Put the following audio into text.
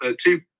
two